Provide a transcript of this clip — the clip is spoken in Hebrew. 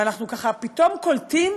ואנחנו ככה פתאום קולטים